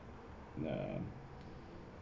err